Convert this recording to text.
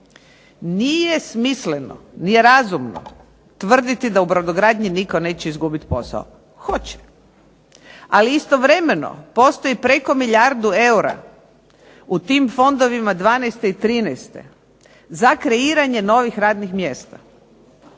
Nije smisleno, nije razumno tvrditi da u brodogradnji nitko neće izgubit posao. Hoće. Ali istovremeno postoji preko milijardu eura u tim fondovima '12. i '13. za kreiranje novih radnih mjesta.